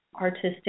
artistic